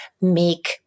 make